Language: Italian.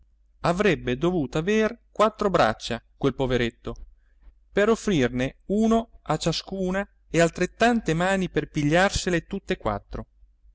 avrebbe dovuto aver quattro braccia quel poveretto per offrirne uno a ciascuna e altrettante mani per pigliarsele tutte e quattro